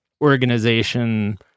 organization